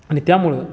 आणि त्यामुळं